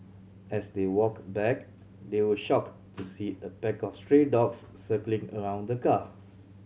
as they walked back they were shocked to see a pack of stray dogs circling around the car